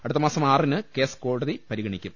അടുത്തമാസം ആറിന് കേസ് കോടതി പരിഗണിക്കും